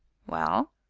well?